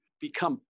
become